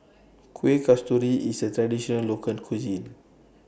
Kuih Kasturi IS A Traditional Local Cuisine